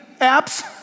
apps